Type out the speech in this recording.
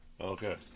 Okay